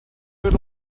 good